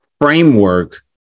framework